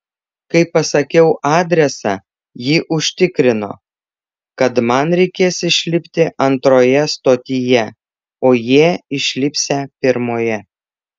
kai pasakiau adresą ji užtikrino kad man reikės išlipti antroje stotyje o jie išlipsią pirmoje